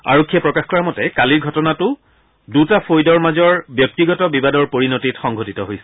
আৰক্ষীয়ে প্ৰকাশ কৰা মতে কালিৰ ঘটনাটো দুটা গোটৰ মাজৰ ব্যক্তিগত বিবাদৰ পৰিণতিত সংঘটিত হৈছিল